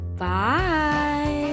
Bye